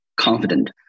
confident